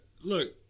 look